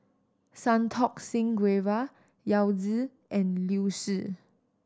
Santokh Singh Grewal Yao Zi and Liu Si